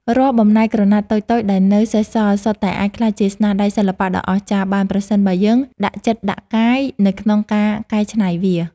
រាល់បំណែកក្រណាត់តូចៗដែលនៅសេសសល់ សុទ្ធតែអាចក្លាយជាស្នាដៃសិល្បៈដ៏អស្ចារ្យបាន ប្រសិនបើយើងដាក់ចិត្តដាក់កាយនៅក្នុងការកែច្នៃវា។